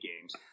games